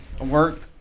Work